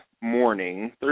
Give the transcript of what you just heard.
morning